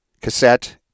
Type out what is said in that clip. cassette